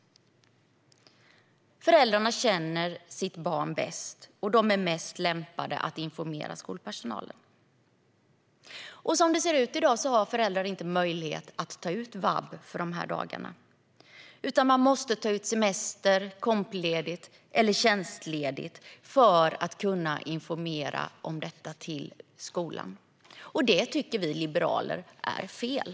Föräldrarna känner sitt barn bäst, och de är mest lämpade att informera skolpersonalen. Som det ser ut i dag har föräldrar inte möjlighet att ta ut vab för de dagarna utan måste ta ut semester, kompledighet eller tjänstledighet för att kunna informera skolan om detta. Det tycker vi liberaler är fel.